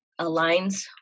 aligns